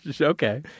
Okay